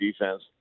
defense